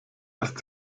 lässt